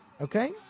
okay